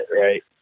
Right